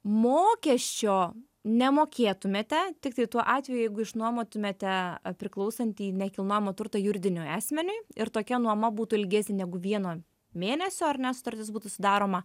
mokesčio nemokėtumėte tiktai tuo atveju jeigu išnuomotumėte priklausantį nekilnojamą turtą juridiniui asmeniui ir tokia nuoma būtų ilgesnė negu vieno mėnesio ar ne sutartis būtų sudaroma